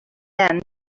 then